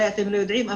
אולי אתם לא יודעים,